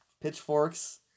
pitchforks